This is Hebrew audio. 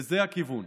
וזה הכיוון.